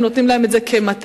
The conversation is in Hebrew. שהם נותנים להם את זה כמתנה,